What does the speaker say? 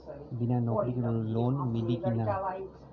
बिना नौकरी के लोन मिली कि ना?